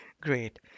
Great